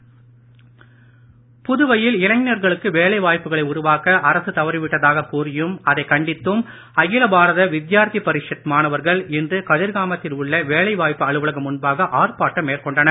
ஆர்ப்பாட்டம் புதுவையில் இளைஞர்களுக்கு வேலை வாய்ப்புகளை உருவாக்க அரசு தவறிவிட்டதாக கூறியும் அதை கண்டித்தும் அகில பாரத வித்யார்த்தி பரிஷத் மாணவர்கள் இன்று கதிர்காமத்தில் உள்ள வேலைவாய்ப்பு அலுவலகம் முன்பாக ஆர்ப்பாட்டம் மேற்கொண்டனர்